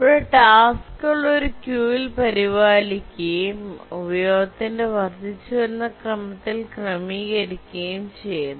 ഇവിടെ ടാസ്ക്കുകൾ ഒരു ക്യൂവിൽ പരിപാലിക്കുകയും ഉപയോഗത്തിന്റെ വർദ്ധിച്ചുവരുന്ന ക്രമത്തിൽ ക്രമീകരിക്കുകയും ചെയ്യുന്നു